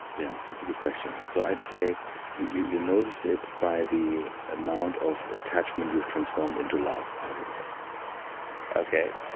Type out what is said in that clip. yeah, that's a good question. so i'd say you notice it by the amount of attachment you've transformed into love, i would say okay.